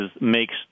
makes